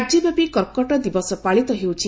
ରାଜ୍ୟବ୍ୟାପୀ କର୍କଟ ଦିବସ ପାଳିତ ହେଉଛି